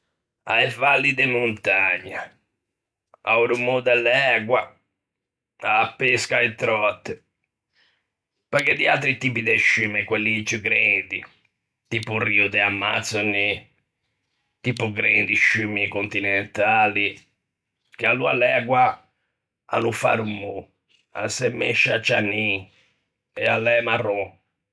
A-e valli de montagna, a-o rumô de l'ægua, a-a pesca a-e tröte; pöi gh'é di atri tipi de sciumme, qulli ciù grendi, tipo Rio de Amazzoni, tipo grendi sciummi continentali, che aloa l'ægua a no fa rumô, a se mescia cianin, e a l'é marron.